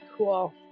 Cool